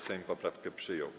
Sejm poprawki przyjął.